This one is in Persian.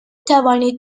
توانید